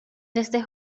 desde